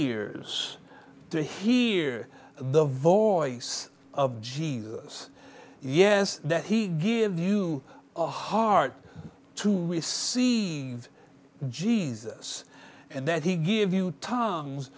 years to hear the voice of jesus yes that he give you a heart to receive jesus and that he give you ton